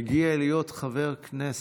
מגיע להיות חבר כנסת.